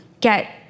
get